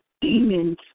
demons